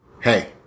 Hey